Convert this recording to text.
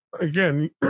again